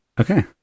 Okay